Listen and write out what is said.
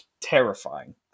terrifying